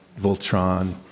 Voltron